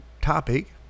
topic